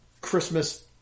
Christmas